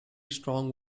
strong